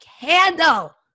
candle